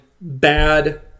bad